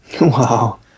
Wow